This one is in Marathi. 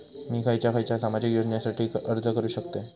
मी खयच्या खयच्या सामाजिक योजनेसाठी अर्ज करू शकतय?